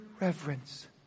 reverence